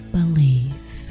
Believe